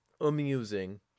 amusing